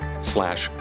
slash